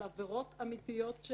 על עבירות אמיתיות.